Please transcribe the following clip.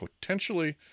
potentially